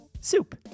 Soup